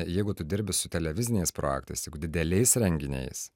jeigu tu dirbi su televiziniais projektais jeigu dideliais renginiais